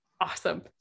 awesome